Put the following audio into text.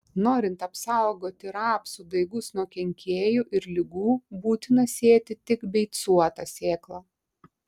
norint apsaugoti rapsų daigus nuo kenkėjų ir ligų būtina sėti tik beicuotą sėklą